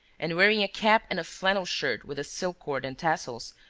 and wearing a cap and a flannel shirt with a silk cord and tassels,